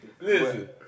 Listen